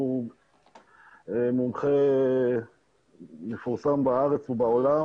הוא מומחה מפורסם בארץ ובעולם,